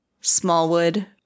Smallwood